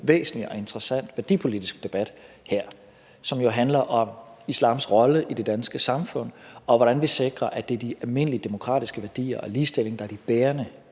væsentlig og interessant værdipolitisk debat i det her, som handler om islams rolle i det danske samfund, og om, hvordan vi sikrer, at det er de almindelige demokratiske værdier og ligestillingen, der er det bærende